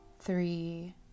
three